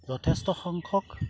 যথেষ্ট সংখ্যক